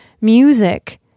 music